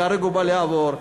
ייהרג ובל יעבור,